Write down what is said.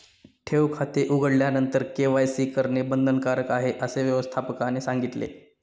ठेव खाते उघडल्यानंतर के.वाय.सी करणे बंधनकारक आहे, असे व्यवस्थापकाने सांगितले